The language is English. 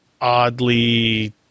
oddly